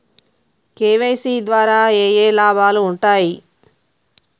KYC ద్వారా ఏఏ లాభాలు ఉంటాయి?